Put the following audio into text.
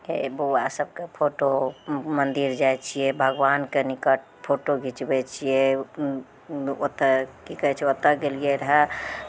बौआ सभके फोटो मन्दिर जाइ छियै भगवानके निकट फोटो घिचबै छियै ओतय की कहै छै ओतय गेलियै रहए